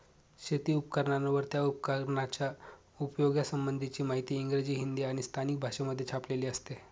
शेती उपकरणांवर, त्या उपकरणाच्या उपयोगा संबंधीची माहिती इंग्रजी, हिंदी आणि स्थानिक भाषेमध्ये छापलेली असते